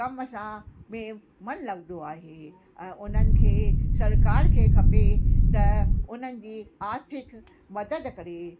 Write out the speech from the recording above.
कम सां में मन लॻंदो आहे ऐं उन्हनि खे सरकार खे खपे त उन्हनि जी आर्थिक मदद करे